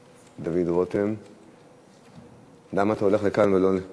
ותועבר לדיון של הכנה לקריאה שנייה ושלישית בוועדת העבודה,